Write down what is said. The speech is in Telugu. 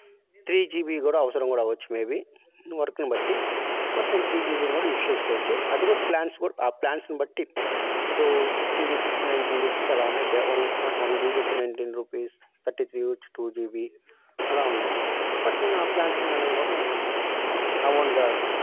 త్రీ జీబీ కూడా అవసరం కూడా అవచ్చు మేబీ వర్క్ని బట్టి బట్ నేను త్రీ జీబీని కూడా యూస్ చేసుకోవచ్చు అది కూడా ప్లాన్స్ కూడా ఆ ప్లాన్స్ని బట్టి ఇప్పుడు ఫిఫ్టీన్ రూపీస్ నైన్టీన్ రూపీస్ అలా ఉన్నాయి day one point one GB వచ్చి నైన్టీన్ రూపీస్ థర్టీ త్రీ వచ్చి టూ జీబీ అలా ఉన్నాయి బట్ నేను ఆ ప్లాన్స్ అనేది కూడా నేను నా ఓన్గా